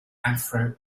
afro